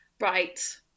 Right